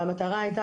והמטרה הייתה,